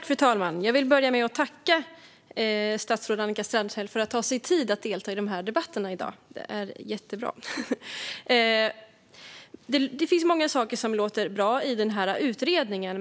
Fru talman! Låt mig börja med att tacka statsrådet Annika Strandhäll för att hon har tagit sig tid att delta i dagens debatter; det är jättebra. Det är mycket som låter bra i utredningen.